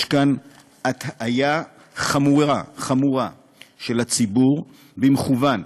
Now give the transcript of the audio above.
יש כאן הטעיה חמורה של הציבור במכוון,